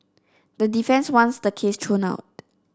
the defence wants the case thrown out